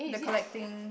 the collecting